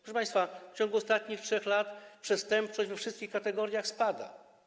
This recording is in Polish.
Proszę państwa, w ciągu ostatnich 3 lat przestępczość we wszystkich kategoriach spada.